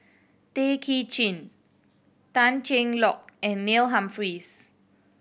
Tay Kay Chin Tan Cheng Lock and Neil Humphreys